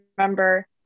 remember